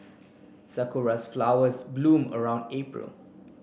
sakuras flowers bloom around April